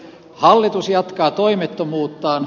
hallitus jatkaa toimettomuuttaan